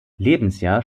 lebensjahr